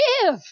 give